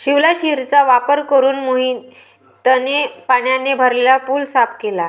शिवलाशिरचा वापर करून मोहितने पाण्याने भरलेला पूल साफ केला